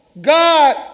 God